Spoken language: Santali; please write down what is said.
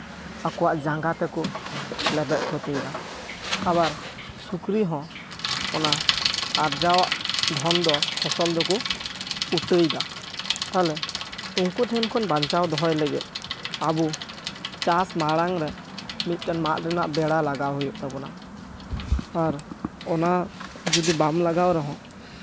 ᱟᱠᱚᱣᱟᱜ ᱡᱟᱸᱜᱟ ᱛᱮᱠᱚ ᱞᱮᱵᱮᱫ ᱠᱷᱚᱛᱤᱭᱮᱫᱟ ᱟᱵᱟᱨ ᱥᱩᱠᱨᱤ ᱦᱚᱸ ᱚᱱᱟ ᱟᱨᱡᱟᱣᱟᱜ ᱫᱷᱚᱱ ᱫᱚ ᱯᱷᱚᱥᱚᱞ ᱫᱚᱠᱚ ᱩᱴᱟᱹᱭ ᱫᱟ ᱛᱟᱦᱞᱮ ᱩᱱᱠᱩ ᱴᱷᱮᱱ ᱠᱷᱚᱱ ᱵᱟᱧᱪᱟᱣ ᱫᱚᱦᱚᱭ ᱞᱟᱹᱜᱤᱫ ᱟᱵᱚ ᱪᱟᱥ ᱢᱟᱲᱟᱝᱨᱮ ᱢᱤᱫᱴᱟᱝ ᱢᱟᱫ ᱨᱮᱱᱟᱜ ᱵᱮᱲᱟ ᱞᱟᱜᱟᱣ ᱦᱩᱭᱩᱜ ᱛᱟᱵᱚᱱᱟ ᱟᱨ ᱚᱱᱟ ᱡᱚᱫᱤ ᱵᱟᱢ ᱞᱟᱜᱟᱣ ᱨᱮᱦᱚᱸ